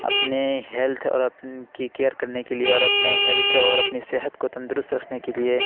اپنے ہیلتھ اور آپ کی کیئر کرنے کے لیے اور اپنے ہیلتھ اور اپنی صحت کو تندرست رکھنے کے لیے